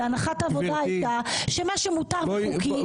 הנחת העבודה הייתה שמה שמותר וחוקי ייעשה,